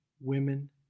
women